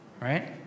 right